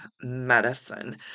medicine